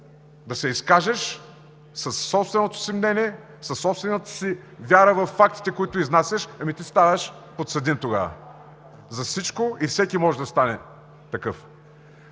да се изкажеш със собственото си мнение, със собствената си вяра във фактите, които изнасяш, ами ти ставаш подсъдим тогава за всичко и всеки може да стане такъв.